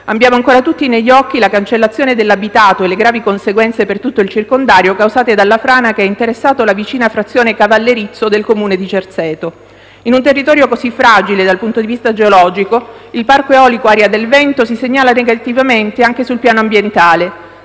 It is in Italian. Abbiamo ancora tutti negli occhi la cancellazione dell'abitato e le gravi conseguenze per tutto il circondario causate dalla frana che ha interessato la vicina frazione Cavallerizzo del Comune di Cerzeto. In un territorio così fragile dal punto di vista geologico, il parco eolico Aria del vento si segnala negativamente anche sul piano ambientale,